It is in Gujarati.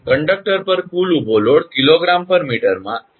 કંડક્ટર પર કુલ ઊભો લોડ 𝐾𝑔 𝑚 માં સી